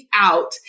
out